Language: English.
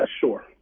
sure